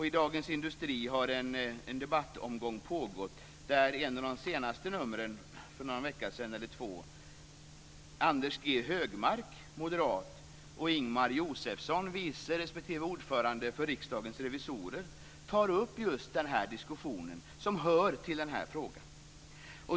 I Dagens Industri har en debattomgång pågått där Anders G Högmark, moderat, och Ingemar Josefsson, vice ordförande respektive ordförande för Riksdagens revisorer i ett av de senaste numren, för en vecka sedan eller två, tar upp just diskussionen som hör till den här frågan.